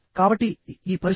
కాబట్టి ఈ పరిస్థితి